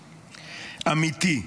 אמיתי,